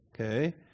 Okay